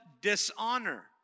dishonor